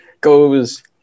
goes